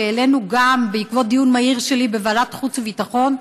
שהעלינו גם בעקבות דיון מהיר שלי בוועדת חוץ וביטחון,